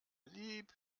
lieb